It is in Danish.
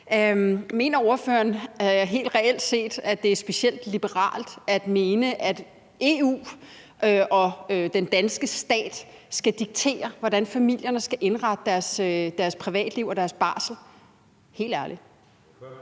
Mener ordføreren helt reelt set og helt ærligt, at det er specielt liberalt at mene, at EU og den danske stat skal diktere, hvordan familierne skal indrette deres privatliv og deres barsel? Kl.